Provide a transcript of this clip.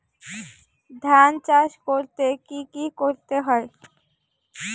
ধান চাষ করতে কি কি করতে হয়?